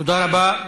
תודה רבה.